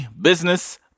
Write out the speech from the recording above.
business